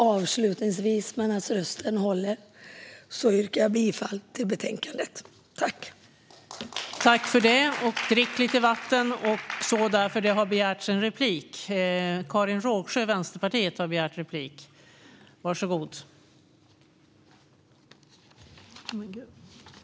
Avslutningsvis, medan rösten håller, yrkar jag bifall till utskottets förslag till beslut.